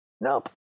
Nope